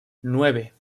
nueve